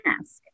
ask